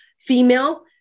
female